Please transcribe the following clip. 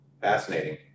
Fascinating